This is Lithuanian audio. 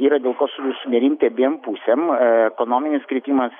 yra daug dėl ko su sunerimti abiem pusėm ekonominis kritimas